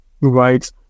right